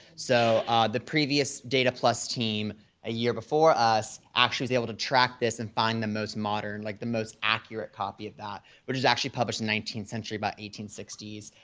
so the previous data plus team a year before us actually is able to track this and find the most modern, like the most accurate copy of that, which is actually published in nineteenth century by eighteen sixty s,